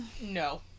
No